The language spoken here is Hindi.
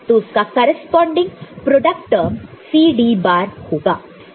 तो उसका corresponding product term C D bar होगा